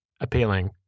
appealing